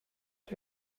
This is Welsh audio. wyt